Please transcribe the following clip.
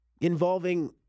involving